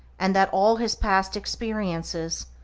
and that all his past experiences,